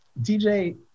DJ